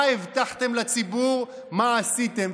מה הבטחתם לציבור ומה עשיתם.